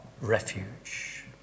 refuge